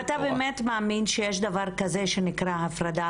אתה באמת מאמין שיש דבר כזה שנקרא הפרדה?